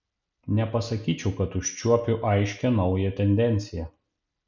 nepasakyčiau kad užčiuopiu aiškią naują tendenciją